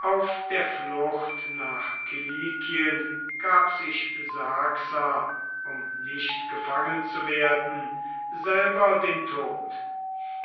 auf der flucht nach kilikien gab sich saxa um nicht gefangen zu werden selber den tod